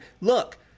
Look